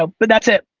ah but that's it.